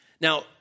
Now